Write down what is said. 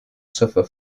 suffer